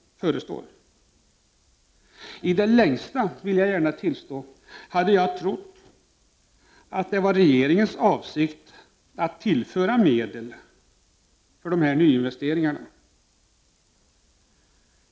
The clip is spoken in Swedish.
I det längsta trodde jag att det var regeringens avsikt att tillföra medel för nyinvesteringarna.